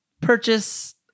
purchase